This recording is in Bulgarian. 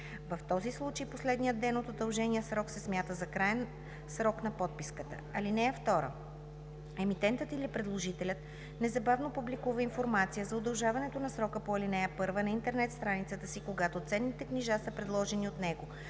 В този случай последният ден от удължения срок се смята за краен срок на подписката. (2) Емитентът или предложителят незабавно публикува информация за удължаването на срока по ал. 1 на интернет страницата си, когато ценните книжа са предложени от него,